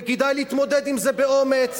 וכדאי להתמודד עם זה באומץ.